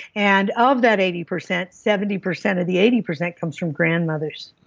and of that eighty percent, seventy percent of the eighty percent comes from grandmothers